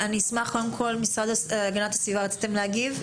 המשרד להגנת הסביבה, רציתם להגיב?